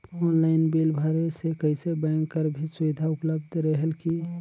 Online bill भरे से कइसे बैंक कर भी सुविधा उपलब्ध रेहेल की?